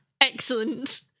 Excellent